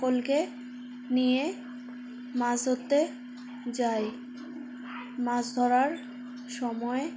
সকলকে নিয়ে মাছ ধরতে যাই মাছ ধরার সময়ে